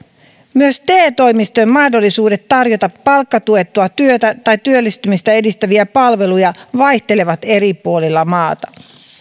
myös te toimistojen mahdollisuudet tarjota palkkatuettua työtä tai työllistymistä edistäviä palveluja vaihtelevat eri puolilla maata